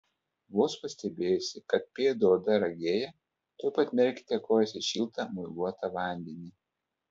vos pastebėjusi kad pėdų oda ragėja tuoj pat merkite kojas į šiltą muiluotą vandenį